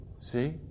See